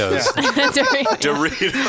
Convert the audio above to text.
Doritos